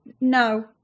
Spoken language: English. No